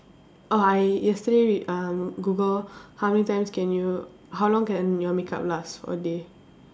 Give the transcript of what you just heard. orh I yesterday um Google how many times can you how long can your makeup last for a day